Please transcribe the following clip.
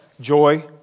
joy